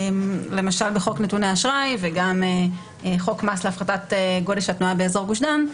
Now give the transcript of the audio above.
למשל בחוק נתוני אשראי וגם חוק מס להפחתת גודש התנועה באזור גוש דן,